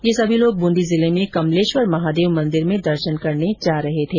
ये सभी लोग ब्रंदी जिले में कमलेश्वर महादेव मंदिर में दर्शन करने जा रहे थे